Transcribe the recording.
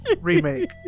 remake